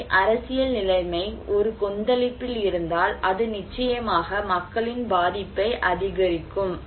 எனவே அரசியல் நிலைமை ஒரு கொந்தளிப்பில் இருந்தால் அது நிச்சயமாக மக்களின் பாதிப்பை அதிகரிக்கும்